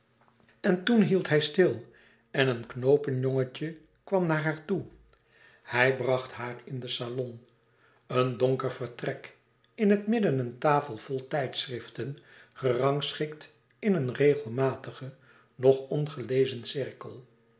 en toen hield hij stil en een knoopenjongetje kwam naar haar toe hij bracht haar in den salon een donker vertrek in het midden een tafel vol tijdschriften gerangschikt in een regelmatigen nog ongelezen cirkel